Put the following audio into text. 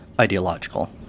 ideological